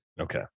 Okay